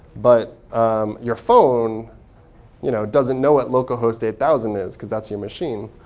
but um your phone you know doesn't know what localhost eight thousand is. because that's your machine.